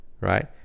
right